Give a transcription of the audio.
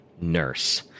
nurse